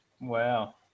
Wow